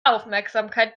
aufmerksamkeit